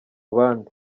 bandi